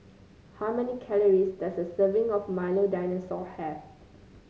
how many calories does a serving of Milo Dinosaur have